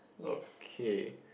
okay